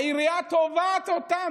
העירייה תובעת אותם.